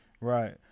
Right